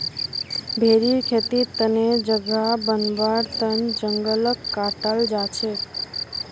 भेरीर खेतीर तने जगह बनव्वार तन जंगलक काटाल जा छेक